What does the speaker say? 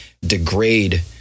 degrade